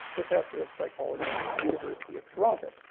professor of psychology, university of toronto.